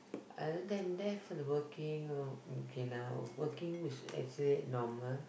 other than that for the working uh okay lah working is actually normal